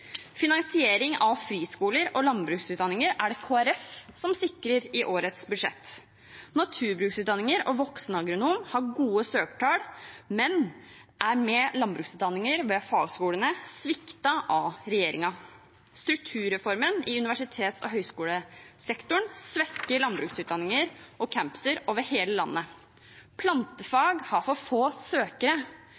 Finansiering av friskoler og landbruksutdanninger er det Kristelig Folkeparti som sikrer i årets budsjett. Naturbruksutdanningen og Voksenagronomen har gode søkertall, men er med landbruksutdanning ved fagskolene sviktet av regjeringen. Strukturreformen i universitets- og høyskolesektoren svekker landbruksutdanninger og campuser over hele landet.